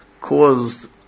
caused